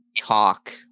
talk